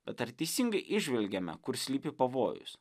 bet ar teisingai įžvelgiame kur slypi pavojus